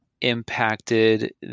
impacted